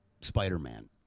Spider-Man